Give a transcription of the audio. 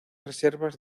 reservas